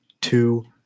two